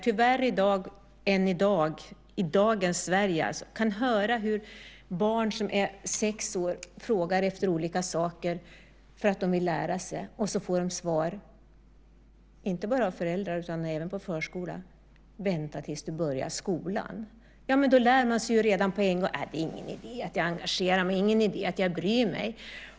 Tyvärr kan man än i dag, i dagens Sverige, höra hur barn som är sex år frågar efter olika saker för att de vill lära sig och så får de svaret, inte bara av föräldrar utan även på förskolan: Vänta tills du börjar skolan! Då lär man sig ju redan på en gång: Det är ingen idé att jag engagerar mig, ingen idé att jag bryr mig.